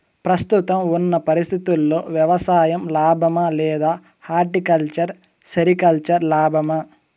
ప్రస్తుతం ఉన్న పరిస్థితుల్లో వ్యవసాయం లాభమా? లేదా హార్టికల్చర్, సెరికల్చర్ లాభమా?